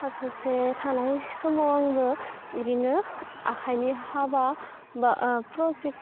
थाखो से थानाय समाव आंबो बिदिनो आखाइनि हाबा बा प्रजेक्ट